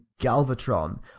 Galvatron